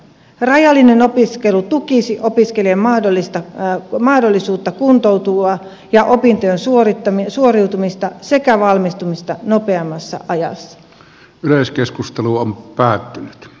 rajallinen opiskelu tukisi opiskelijan mahdollisuutta kuntoutua ja opinnoista suoriutumista sekä valmistumista nopeammassa ajassa myös keskustelu on päättynyt